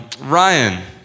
Ryan